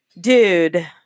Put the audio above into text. dude